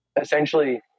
essentially